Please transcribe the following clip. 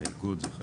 האיגוד.